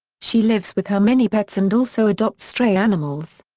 she lives with her many pets and also adopts stray animals.